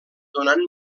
donant